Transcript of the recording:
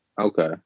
okay